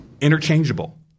Interchangeable